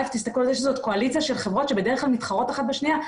אבל זו קואליציות של חברות שבדרך כלל מתחרות אחת בשנייה,